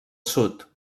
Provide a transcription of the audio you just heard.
sud